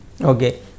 okay